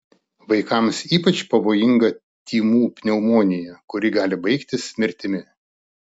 vaikams ypač pavojinga tymų pneumonija kuri gali baigtis mirtimi